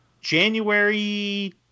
January